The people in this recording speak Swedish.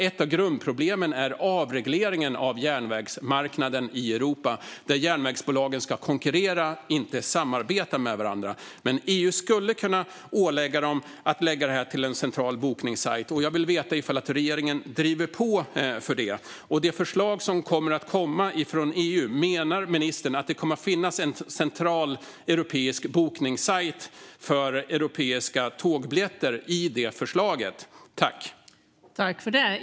Ett av grundproblemen är avregleringen av järnvägsmarknaden i Europa, där järnvägsbolagen ska konkurrera och inte samarbeta med varandra. EU skulle dock kunna ålägga dem att skicka uppgifterna till en central bokningssajt. Jag vill veta om regeringen driver på för detta. Menar ministern att det kommer att finnas en central europeisk bokningssajt för europeiska tågbiljetter, apropå det förslag som ska komma från EU?